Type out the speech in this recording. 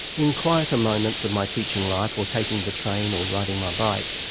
in quieter moments of my teaching life or taking the train or riding my bike,